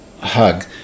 hug